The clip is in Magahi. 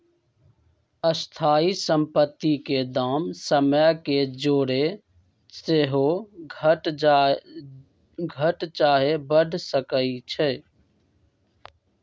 स्थाइ सम्पति के दाम समय के जौरे सेहो घट चाहे बढ़ सकइ छइ